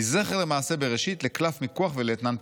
מ'זכר למעשה בראשית' לקלף מיקוח ולאתנן פוליטי.